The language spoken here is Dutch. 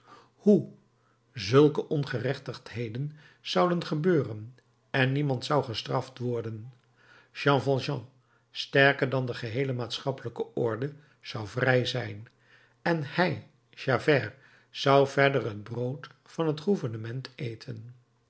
hoe zulke ongerechtigheden zouden gebeuren en niemand zou gestraft worden jean valjean sterker dan de geheele maatschappelijke orde zou vrij zijn en hij javert zou verder het brood van het gouvernement eten